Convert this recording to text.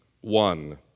one